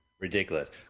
ridiculous